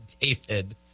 David